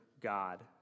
God